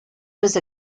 was